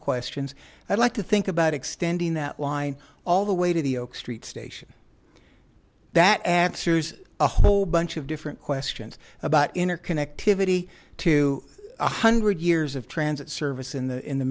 questions i'd like to think about extending that line all the way to the oak street station that x years a whole bunch of different questions about inner connectivity to one hundred years of transit service in the in the